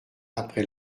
après